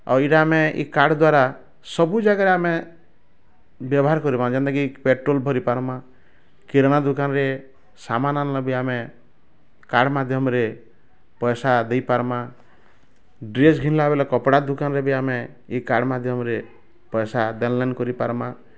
ଆଉ ଏଇଟା ଆମେ ଏଇ କାର୍ଡ଼ ଦ୍ୱାରା ସବୁ ଜାଗାରେ ଆମେ ବ୍ୟବହାର କରମା ଯେନ୍ତାକି ପେଟ୍ରୋଲ୍ ଭରି ପାର୍ମା ଖେଳନା ଦୋକାନରେ ସାମାନ ଆଣିଲେ ବି ଆମେ କାର୍ଡ଼ ମାଧ୍ୟମରେ ପଇସା ଦେଇପାର୍ମା ଡ୍ରେସ ଘିନଲା ବେଲେ କପଡ଼ା ଦୋକାନରେ ବି ଆମେ ଏ କାର୍ଡ଼ ମାଧ୍ୟମରେ ପଇସା ଦେନ୍ ଲେନ୍ କରିପାର୍ମା